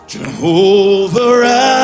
Jehovah